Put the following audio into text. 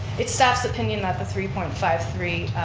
it's staff's opinion that the three point five three